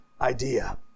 idea